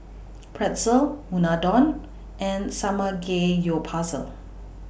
Pretzel Unadon and Samgeyopsal